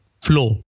flow